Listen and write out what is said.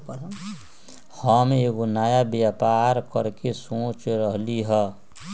हम एगो नया व्यापर करके सोच रहलि ह